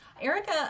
Erica